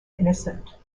innocent